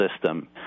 system